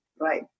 right